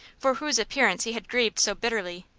for whose appearance he had grieved so bitterly,